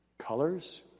colors